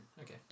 Okay